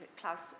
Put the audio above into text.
Klaus